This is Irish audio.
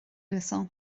uasal